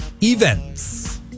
events